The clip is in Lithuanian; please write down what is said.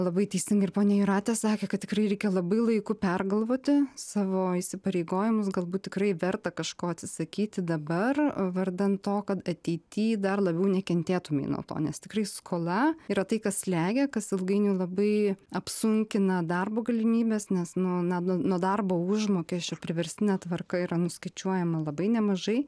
labai teisingai ir ponia jūratė sakė kad tikrai reikia labai laiku pergalvoti savo įsipareigojimus galbūt tikrai verta kažko atsisakyti dabar vardan to kad ateity dar labiau nekentėtumei nuo to nes tikrai skola yra tai kas slegia kas ilgainiui labai apsunkina darbo galimybes nes nu na nu nuo darbo užmokesčio priverstine tvarka yra nuskaičiuojama labai nemažai